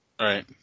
Right